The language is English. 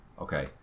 okay